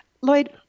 Lloyd